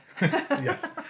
Yes